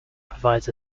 provides